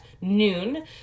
noon